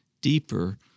deeper